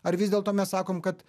ar vis dėlto mes sakom kad